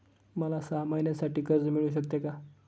मला सहा महिन्यांसाठी कर्ज मिळू शकते का?